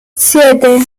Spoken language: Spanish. siete